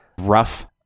rough